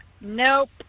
Nope